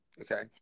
Okay